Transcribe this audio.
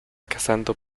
cazando